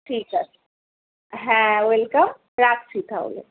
ঠিক আছে হ্যাঁ ওয়েলকাম রাখছি তাহলে